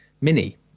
Mini